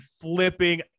flipping